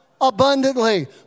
abundantly